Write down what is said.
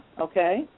Okay